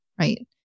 right